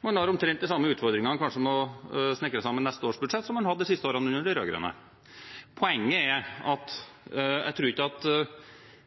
man har omtrent de samme utfordringene med å snekre sammen neste års budsjett som man hadde de siste årene under de rød-grønne. Poenget er at jeg tror ikke